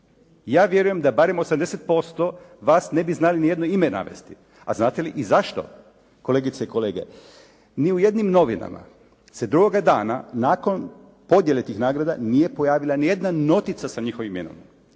Ja vjerujem da barem 80% vas ne bih znali nijedno ime navesti. A znate li i zašto kolegice i kolege? Ni u jednim novinama se drugoga dana nakon podjele tih nagrada nije pojavila ni jedna notica sa njihovim imenima,